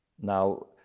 Now